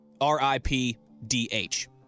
R-I-P-D-H